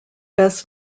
best